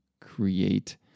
create